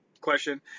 question